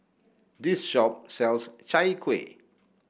this shop sells Chai Kuih